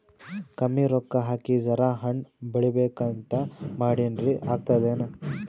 ಕಮ್ಮಿ ರೊಕ್ಕ ಹಾಕಿ ಜರಾ ಹಣ್ ಬೆಳಿಬೇಕಂತ ಮಾಡಿನ್ರಿ, ಆಗ್ತದೇನ?